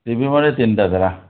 ଟି ଭି ବୋଧେ ତିନିଟା ଥିଲା